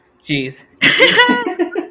Jeez